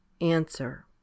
ANSWER